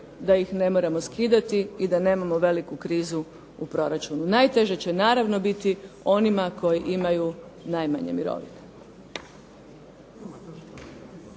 da ih ne moramo skidati i da nemamo veliku krizu u proračunu. Najteže će naravno biti onima koji imaju najmanje mirovine.